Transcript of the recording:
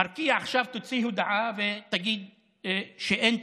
וארקיע עכשיו תוציא הודעה ותגיד שאין טיסה.